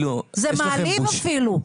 זה אפילו מעליב.